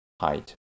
height